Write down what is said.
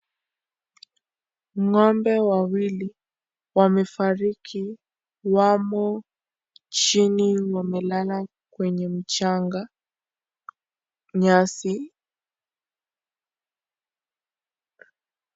Ng'ombe wawili wamefariki wamo chini wamelala kwenye mchanga nyasi.